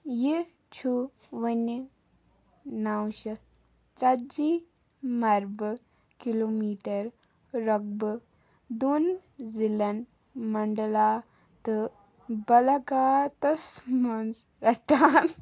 یہِ چھُ وَنہِ نَو شَتھ ژَتجی مربہٕ کلوٗ میٖٹر رۄقبہٕ دۄن ضِلَن منٛڈلا تہٕ بَلاگھاتَس منٛز رَٹان